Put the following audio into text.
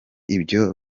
ibyo